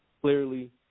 Clearly